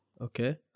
okay